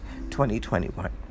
2021